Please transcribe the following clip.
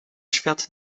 świat